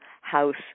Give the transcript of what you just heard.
house